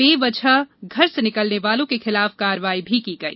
बेवजह घर से निकलने वालों के खिलाफ कार्यवाही भी की गई